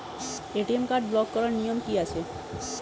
ATM card block করার নিয়ম কি আছে?